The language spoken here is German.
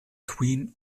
queen